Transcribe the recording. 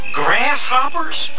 grasshoppers